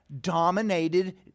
dominated